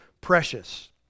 precious